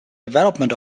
development